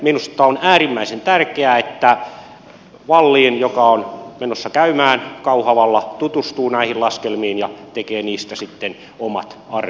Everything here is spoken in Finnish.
minusta on äärimmäisen tärkeää että wallin joka on menossa käymään kauhavalla tutustuu näihin laskelmiin ja tekee niistä sitten omat arvionsa